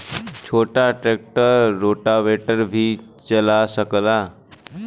छोटा tractor rotavator भी चला सकेला?